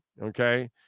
Okay